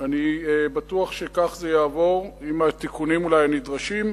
אני בטוח שכך זה יעבור, אולי עם התיקונים הנדרשים.